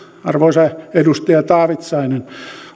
arvoisa edustaja taavitsainen